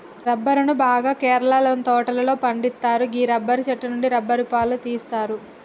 రబ్బరును బాగా కేరళలోని తోటలలో పండిత్తరు గీ రబ్బరు చెట్టు నుండి రబ్బరు పాలు తీస్తరు